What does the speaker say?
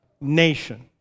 nation